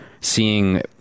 Seeing